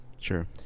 Sure